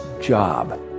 job